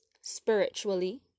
spiritually